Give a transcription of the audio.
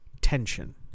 tension